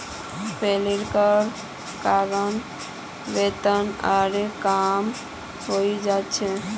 payroll करे कारण वेतन आरोह कम हइ जा छेक